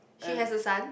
she has a son